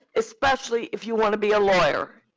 especially if you wanna be a lawyer.